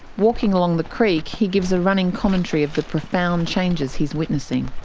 walking along the creek he gives a running commentary of the profound changes he's witnessing.